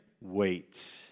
wait